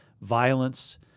Violence